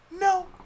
No